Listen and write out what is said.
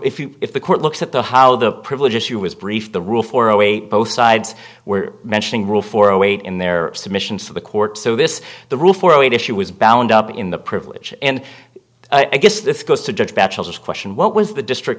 if you if the court looks at the how the privilege issue was brief the rule for eight both sides were mentioning rule for eight in their submissions to the court so this the rule for weight issue was bound up in the privilege and i guess this goes to judge battles as question what was the district